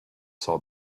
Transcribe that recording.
saw